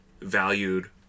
valued